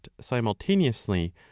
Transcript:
simultaneously